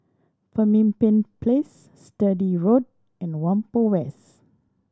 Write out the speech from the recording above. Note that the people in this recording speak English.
Pemimpin Place Sturdee Road and Whampoa West